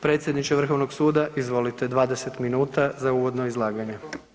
Predsjedniče Vrhovnog suda izvolite, 20 minuta za uvodno izlaganje.